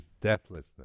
deathlessness